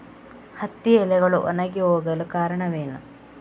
ಹತ್ತಿ ಎಲೆಗಳು ಒಣಗಿ ಹೋಗಲು ಕಾರಣವೇನು?